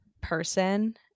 person